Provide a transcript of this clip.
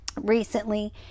recently